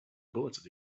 bullets